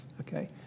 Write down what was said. okay